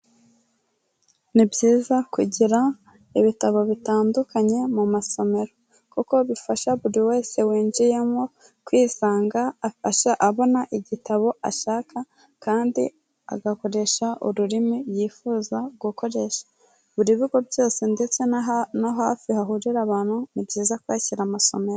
Ni byiza kugira ibitabo bitandukanye mu masomero, kuko bifasha buri wese winjiyemo kwisanga, afasha, abona igitabo ashaka kandi agakoresha ururimi yifuza gukoresha, buri bigo byose ndetse no hafi hahurira abantu, ni byiza kuhashyira amasomero.